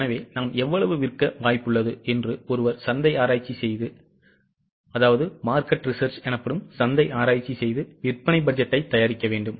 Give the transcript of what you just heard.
எனவே நாம் எவ்வளவு விற்க வாய்ப்புள்ளது என்று ஒருவர் சந்தை ஆராய்ச்சி செய்து விற்பனை பட்ஜெட்டைத் தயாரிக்க வேண்டும்